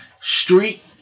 Street